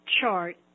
chart